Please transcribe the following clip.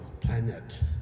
planet